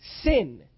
sin